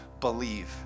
Believe